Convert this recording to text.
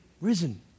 risen